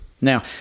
now